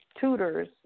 tutors